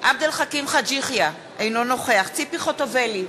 עבד אל חכים חאג' יחיא, אינו נוכח ציפי חוטובלי,